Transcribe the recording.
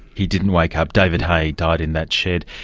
he didn't wake up. david hay died in that shed.